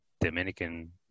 Dominican